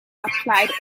applied